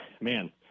man